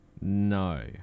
No